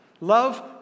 Love